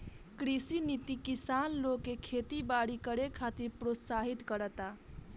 कृषि नीति किसान लोग के खेती बारी करे खातिर प्रोत्साहित करता